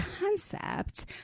concept